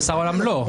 מאסר עולם, לא.